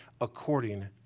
according